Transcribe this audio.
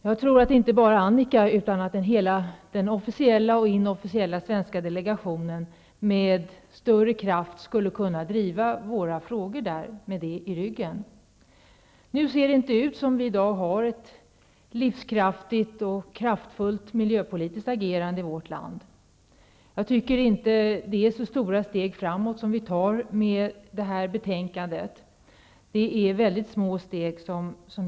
Jag tror att inte bara Annika Åhnberg utan hela den officiella och den inofficiella svenska delegationen med detta i ryggen skulle kunna driva våra frågor med större kraft. Det ser i dag inte ut som att vi har ett kraftfullt och livskraftigt miljöpolitiskt agerande i vårt land. Jag tycker heller inte att vi tar så stora steg framåt i och med detta betänkande. Det är mycket små steg som tas.